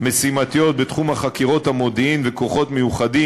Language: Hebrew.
משימתיות בתחום חקירות המודיעין וכוחות מיוחדים,